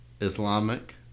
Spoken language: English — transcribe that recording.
Islamic